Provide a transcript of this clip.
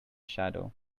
shadow